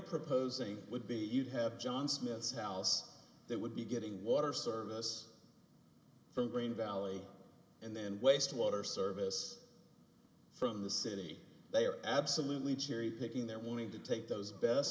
proposing would be you'd have john smith's house that would be getting water service for green valley and then wastewater service from the city they are absolutely cherry picking they're willing to take those best